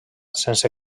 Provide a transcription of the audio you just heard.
sense